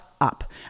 up